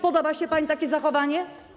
Podoba się pani takie zachowanie?